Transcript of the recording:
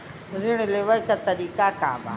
ऋण लेवे के तरीका का बा?